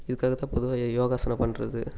இதுக்காக தான் பொதுவாக யோகாசனம் பண்ணுறது